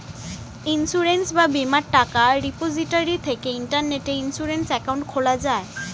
insurance বা বীমার টাকা রিপোজিটরি থেকে ইন্টারনেটে ইন্সুরেন্স অ্যাকাউন্ট খোলা যায়